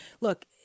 Look